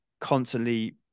constantly